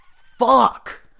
Fuck